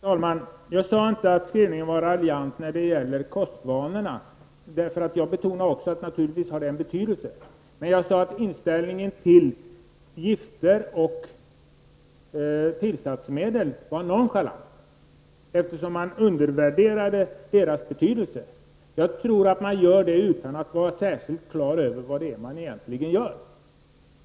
Herr talman! Jag sade inte att skrivningen var raljant när det gäller kostvanorna. Jag betonade också att de naturligtvis har betydelse. Men jag sade att inställningen till gifter och tillsatsmedel var nonchalant, eftersom man undervärderar deras betydelse. Jag tror att man gör det utan att vara särskilt klar över vad det är man egentligen gör.